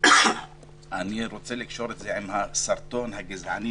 אני רוצה לקשור את זה עם הסרטון הגזעני